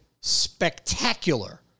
spectacular